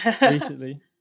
recently